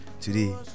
today